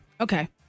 Okay